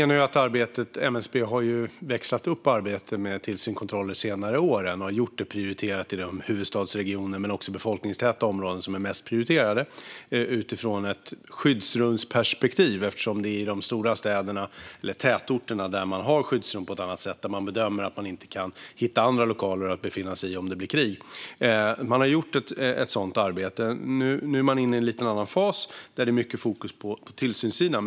Fru talman! MSB har växlat upp arbetet med tillsynskontroller under senare år i huvudstadsregionen och andra befolkningstäta områden. Tätorterna är prioriterade eftersom det i huvudsak är här det finns skyddsrum och här man bedömer att människor inte kan hitta andra lokaler att befinna sig i om det blir krig. Man har gjort ett sådant arbete. Nu är man inne i en lite annan fas där det är mycket fokus på tillsynssidan.